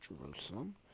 Jerusalem